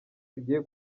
tugiye